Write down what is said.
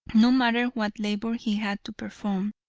no matter what labor he had to perform.